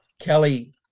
Kelly